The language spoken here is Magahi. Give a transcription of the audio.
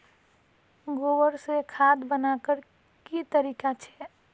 गोबर से खाद बनवार की तरीका छे?